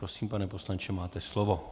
Prosím, pane poslanče, máte slovo.